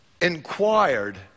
inquired